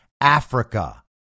Africa